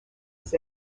his